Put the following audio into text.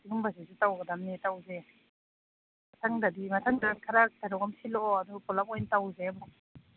ꯁꯤꯒꯨꯝꯕꯁꯤꯁꯨ ꯇꯧꯒꯗꯕꯅꯦ ꯇꯧꯁꯦ ꯃꯊꯪꯗꯗꯤ ꯃꯊꯪꯗ ꯈꯔ ꯀꯩꯅꯣ ꯑꯃ ꯁꯤꯜꯂꯛꯑꯣ ꯑꯗꯨꯒ ꯄꯨꯂꯞ ꯑꯣꯏꯅ ꯇꯧꯁꯦ ꯑꯃꯨꯛ